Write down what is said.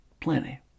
plenty